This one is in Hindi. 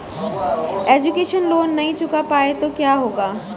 एजुकेशन लोंन नहीं चुका पाए तो क्या होगा?